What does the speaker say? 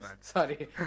Sorry